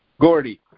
Gordy